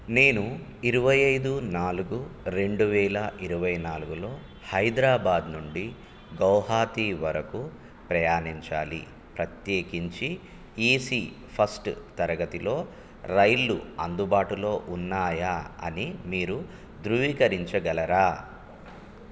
నేను ఇరవై ఐదు నాలుగు రెండు వేల ఇరవై నాలుగులో హైదరాబాద్ నుండి గౌహతి వరకు ప్రయాణించాలి ప్రత్యేకించి ఏసీ ఫస్ట్ తరగతిలో రైళ్ళు అందుబాటులో ఉన్నాయా అని మీరు ధృవీకరించగలరా